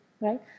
right